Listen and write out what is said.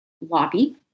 lobby